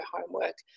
homework